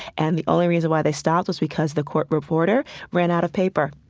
and the only reason why they stopped was because the court reporter ran out of paper